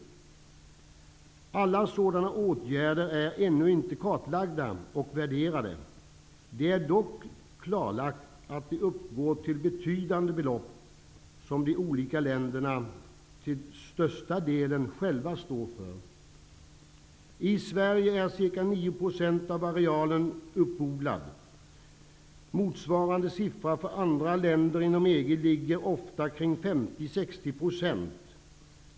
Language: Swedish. Alla sådana åtgärder är ännu inte kartlagda och värderade. Det är dock klarlagt att de uppgår till betydande belopp, som länderna till största delen står för själva. I Sverige är ca 9 % av arealen uppodlad. Motsvarande siffra för länderna inom EG är ofta kring 50--60 %.